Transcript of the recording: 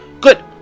Good